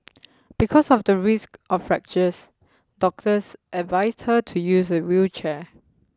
because of the risk of fractures doctors advised her to use a wheelchair